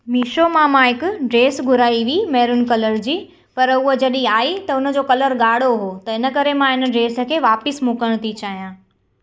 मीशो मां मां हिकु ड्रेस घुराई हुई मेरुन कलर जी पर हूअ जॾहिं आई त हुन जो कलर ॻाढ़ो हुओ त इन करे मां इन ड्रेस खे वापसि मोकिलण थी चाहियां